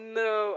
no